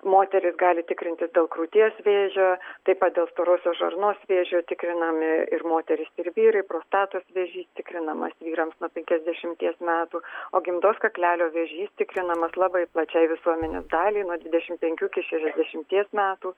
moterys gali tikrintis dėl krūties vėžio taip pat dėl storosios žarnos vėžio tikrinami ir moterys ir vyrai prostatos vėžys tikrinamas vyrams nuo penkiasdešimties metų o gimdos kaklelio vėžys tikrinamas labai plačiai visuomenės daliai nuo dvidešimt penkių iki šešiasdešimties metų